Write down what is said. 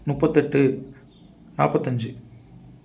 முப்பத்தெட்டு நாற்பத்தஞ்சி